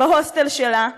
בהוסטל שלה,